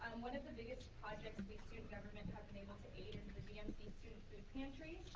one of the biggest projects the student government have been able to aid is the dmc student food pantry.